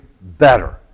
better